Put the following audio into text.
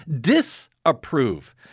disapprove